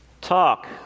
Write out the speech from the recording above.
talk